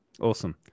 awesome